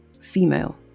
female